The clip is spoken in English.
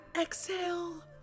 exhale